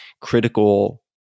critical